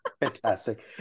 Fantastic